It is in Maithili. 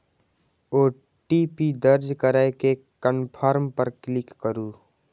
ओ.टी.पी दर्ज करै के कंफर्म पर क्लिक करू